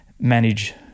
manage